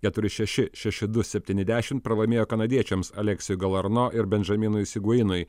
keturi šeši šeši du septyni dešimt pralaimėjo kanadiečiams aleksiui galarno ir bendžaminui siguinui